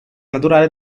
naturale